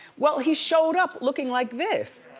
well, he showed up looking like this.